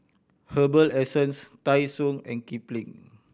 Herbal Essences Tai Sun and Kipling